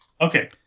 Okay